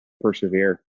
persevere